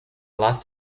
last